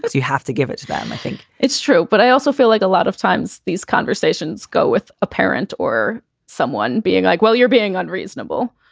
you have to give it to them i think it's true. but i also feel like a lot of times these conversations go with a parent or someone being like, well, you're being unreasonable.